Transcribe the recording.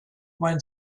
when